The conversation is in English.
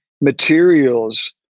materials